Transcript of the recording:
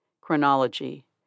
Chronology